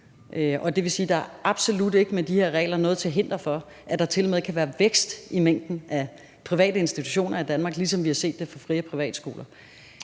Det vil sige, at der med de her regler absolut ikke er noget til hinder for, at der tilmed kan være vækst i mængden af private institutioner i Danmark, ligesom vi har set det for fri- og privatskoler.